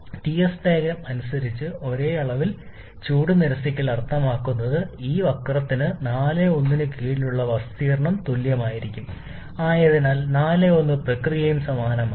Ts diagram അനുസരിച്ച് ഒരേ അളവിൽ ചൂട് നിരസിക്കൽ അർത്ഥമാക്കുന്നത് ഈ പ്രത്യേക വക്രത്തിന്റെ 4 1 ന് കീഴിലുള്ള വിസ്തീർണ്ണം തുല്യമായിരിക്കണം അതിനാൽ 4 1 പ്രക്രിയയും സമാനമാണ്